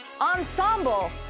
ensemble